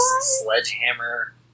sledgehammer